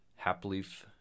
Hapleaf